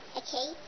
okay